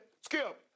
Skip